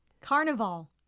Carnival